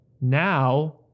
now